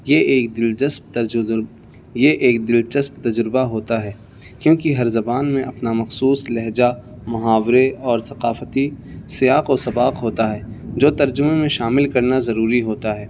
یہ ایک دلچسپ یہ ایک دلچسپ تجربہ ہوتا ہے کیونکہ ہر زبان میں اپنا مخصوص لہجہ محاورے اور ثقافتی سیاق و سباق ہوتا ہے جو ترجمے میں شامل کرنا ضروری ہوتا ہے